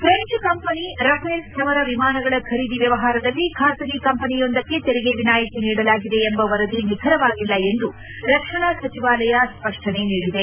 French company Rafale ಸಮರ ವಿಮಾನಗಳ ಖರೀದಿ ವ್ಲವಹಾರದಲ್ಲಿ ಖಾಸಗಿ ಕಂಪನಿಯೊಂದಕ್ಷೆ ತೆರಿಗೆ ವಿನಾಯಿತಿ ನೀಡಲಾಗಿದೆ ಎಂಬ ವರದಿ ನಿಖರವಾಗಿಲ್ಲ ಎಂದು ರಕ್ಷಣಾ ಸಚಿವಾಲಯ ಸ್ಪಷ್ಟನೆ ನೀಡಿದೆ